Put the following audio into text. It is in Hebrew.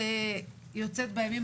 אה, אוקיי.